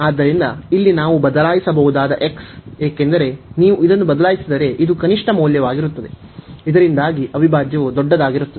ಆದ್ದರಿಂದ ಇಲ್ಲಿ ನಾವು ಬದಲಾಯಿಸಬಹುದಾದ x ಏಕೆಂದರೆ ನೀವು ಇದನ್ನು ಬದಲಾಯಿಸಿದರೆ ಇದು ಕನಿಷ್ಟ ಮೌಲ್ಯವಾಗಿರುತ್ತದೆ ಇದರಿಂದಾಗಿ ಅವಿಭಾಜ್ಯವು ದೊಡ್ಡದಾಗಿರುತ್ತದೆ